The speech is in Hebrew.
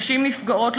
נשים נפגעות,